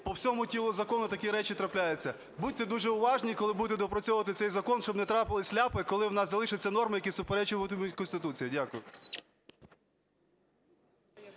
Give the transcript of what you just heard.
по всьому тілу закону такі речі трапляються. Будьте дуже уважні, коли будете доопрацьовувати цей закон, щоб не трапились ляпи, коли у нас залишаться норми, які суперечитимуть Конституції. Дякую.